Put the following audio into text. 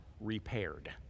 repaired